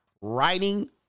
writing